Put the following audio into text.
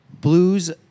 Blues